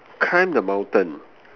climb the mountain